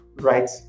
right